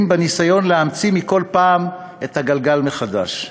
בניסיון להמציא בכל פעם את הגלגל מחדש.